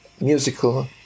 musical